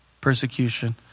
persecution